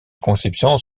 conceptions